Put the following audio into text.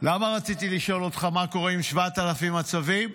למה רציתי לשאול אותך מה קורה עם 7,000 הצווים?